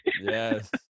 yes